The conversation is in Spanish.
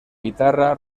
guitarra